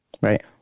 Right